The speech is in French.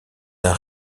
d’un